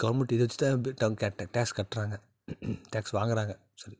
government இதை வச்சுதான் வந்து டேக்ஸ் கட்டுறாங்க டேக்ஸ் வாங்குறாங்க சாரி